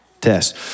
test